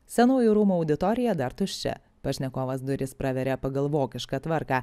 senųjų rūmų auditorija dar tuščia pašnekovas duris praveria pagal vokišką tvarką